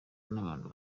n’abantu